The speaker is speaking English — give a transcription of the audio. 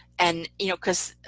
and, you know, because